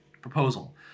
proposal